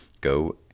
go